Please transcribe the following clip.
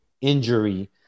injury